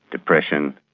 depression,